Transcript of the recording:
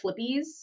flippies